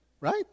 Right